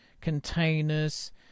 containers